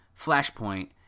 Flashpoint